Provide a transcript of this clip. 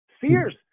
fierce